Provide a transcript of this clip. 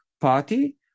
party